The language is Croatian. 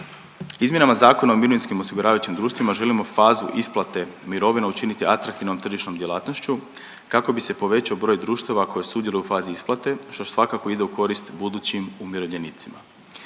Izmjenama Zakona o mirovinskim osiguravajućim društvima želimo fazu isplate mirovine učiniti atraktivnom tržišnom djelatnošću kako bi se povećao broj društava koji sudjeluju u fazi isplate, što svakako ide u korist budućim umirovljenicima.